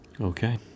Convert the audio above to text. Okay